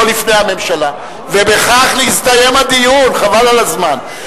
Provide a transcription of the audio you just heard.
לא לפני הממשלה, ובכך נסתיים הדיון, חבל על הזמן.